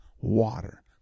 water